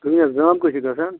تُہۍ ؤنِو حظ گرٛام کٔہۍ چھُ گژھان